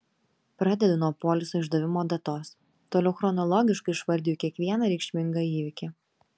pradedu nuo poliso išdavimo datos toliau chronologiškai išvardiju kiekvieną reikšmingą įvykį